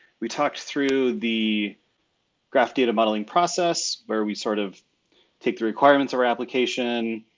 we talked through the graph data modeling process. where we sort of take the requirements of our application,